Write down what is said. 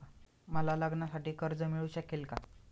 मला लग्नासाठी कर्ज मिळू शकेल का?